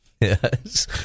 Yes